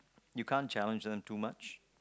you can't challenge them too much